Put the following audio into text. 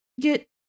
get